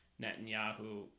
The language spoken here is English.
Netanyahu